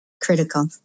Critical